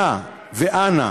נא ואנא